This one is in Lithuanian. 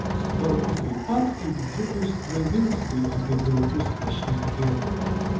svarbu taip pat kaip dzūkui stravinskui apie vilkus pašnekėti